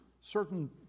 certain